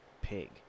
pig